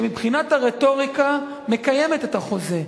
שמבחינת הרטוריקה מקיימת את החוזה,